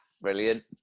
Brilliant